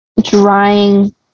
drying